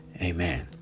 amen